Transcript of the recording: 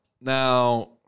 Now